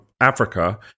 Africa